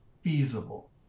feasible